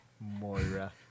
Moira